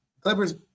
Clippers